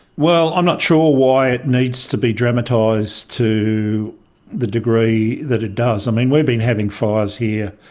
well, i'm not sure why it needs to be dramatized to the degree that it does. i mean, we've been having fires here,